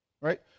Right